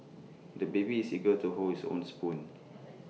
the baby is eager to hold his own spoon